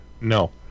No